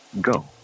go